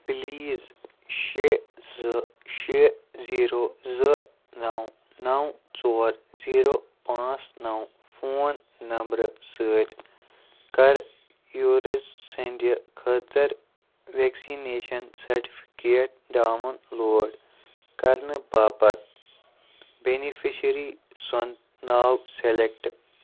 please شےٚ زٕ شےٚ زیٖرو زٕ نَو نَو ژور زیٖرو پانٛژھ نَو فون نَمبرٕ سۭتۍ کَر یوٗرٕز سٕنٛدِ خٲطَر وٮ۪کسِنیشَن سٮ۪ٹفِکیٹ ڈاوُن لوڈ کَرنہٕ باپَتھ بٮ۪نِفِشٔری سُن ناو سٮ۪لٮ۪کٹ